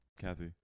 kathy